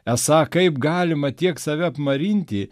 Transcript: esą kaip galima tiek save apmarinti